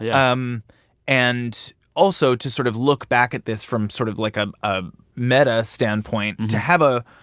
yeah um and also to sort of look back at this from sort of, like, ah a meta standpoint to have a,